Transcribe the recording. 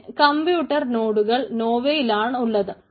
പിന്നെ കമ്പ്യൂട്ടർ നോഡുകൾ നോവയിലാണ് ഉള്ളത്